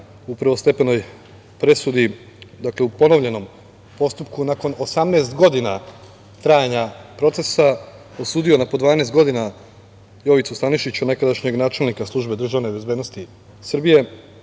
u prvostepenoj presudi, dakle u ponovljenom postupku, nakon 18 godina trajanja procesa, osudio na po 12 godina Jovicu Stanišića, nekadašnjeg načelnika Službe državne bezbednosti Srbije,